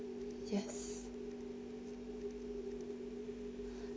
yes